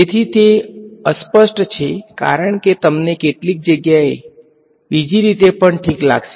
તેથી તે અસ્પષ્ટ છે કારણ કે તમને કેટલીક જગ્યાએ બીજી રીતે પણ ઠીક લાગશે